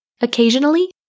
Occasionally